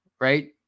right